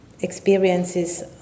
experiences